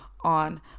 on